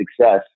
success